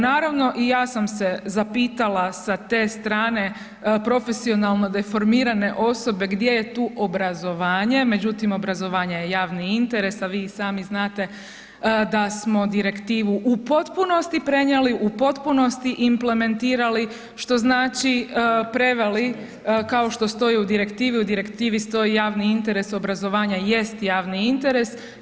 Naravno, i ja sam se zapitala sa te strane, profesionalno deformirane osobe, gdje je tu obrazovanje, međutim obrazovanje je javni interes, a vi i sami znate da smo Direktivu u potpunosti prenijeli, u potpunosti implementirali, što znači preveli kao što stoji u Direktivi, u Direktivi stoji javni interes, obrazovanje jest javni interes.